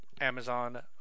Amazon